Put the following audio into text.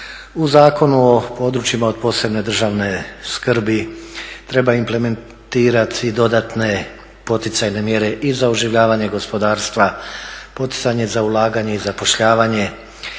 u Zakonu o PPDS-u treba implementirati dodatne poticajne mjere i za oživljavanje gospodarstva, poticanje za ulaganje i zapošljavanje